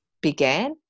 began